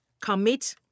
commit